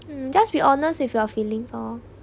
mm just be honest with your feelings oh